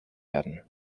werden